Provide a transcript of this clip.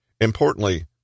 Importantly